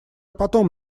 потом